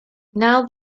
now